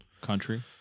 country